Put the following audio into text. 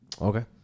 Okay